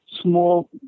small